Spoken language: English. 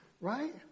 Right